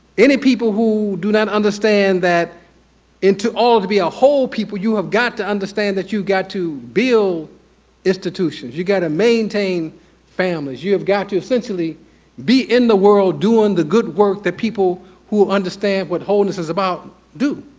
any people who do not understand that into all, to be a whole people, you have got to understand that you got to build institutions. you got to maintain families, you have got to essentially be in the world doing the good work that people who understand what wholeness is about do.